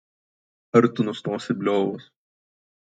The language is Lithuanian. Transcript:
ar tu nustosi bliovus